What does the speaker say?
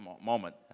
moment